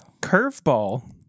Curveball